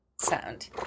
sound